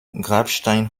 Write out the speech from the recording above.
grabstein